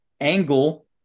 angle